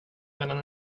mellan